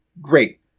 Great